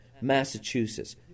Massachusetts